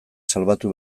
salbatu